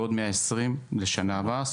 ועוד 120 לשנה הבאה,